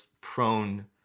prone